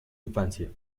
infancia